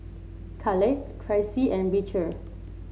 Kaleigh Tracy and Beecher